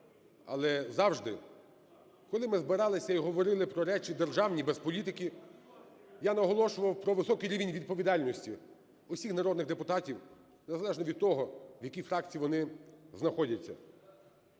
Але завжди, коли ми збиралися і говорили про речі державні без політики, я наголошував про високий рівень відповідальності усіх народних депутатів, незалежно від того, в якій фракції вони знаходяться.